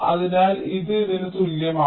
അതിനാൽ ഇത് ഇതിന് തുല്യമാണ്